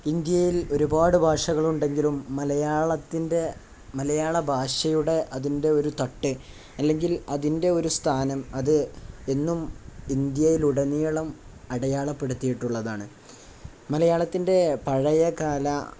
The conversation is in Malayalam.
ഇന്ത്യയിൽ ഒരുപാടു ഭാഷകളുണ്ടെങ്കിലും മലയാളത്തിൻ്റെ മലയാള ഭാഷയുടെ അതിൻ്റെ ഒരു തട്ട് അല്ലെങ്കിൽ അതിൻ്റെ ഒരു സ്ഥാനം അത് എന്നും ഇന്ത്യയിലുടനീളം അടയാളപ്പെടുത്തിയിട്ടുള്ളതാണ് മലയാളത്തിൻ്റെ പഴയകാല